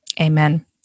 Amen